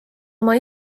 oma